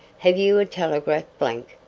have you a telegraph blank,